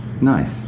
Nice